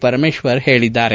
ಪರಮೇಶ್ವರ್ ಹೇಳಿದ್ದಾರೆ